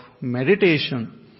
meditation